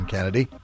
Kennedy